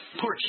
Poor